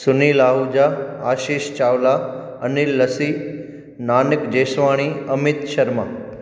Sunil Ahuja Ashish Chawla Anil Lasi Nanak Jeswani Amit Sharma